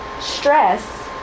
stress